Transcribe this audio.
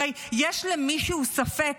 הרי יש למישהו ספק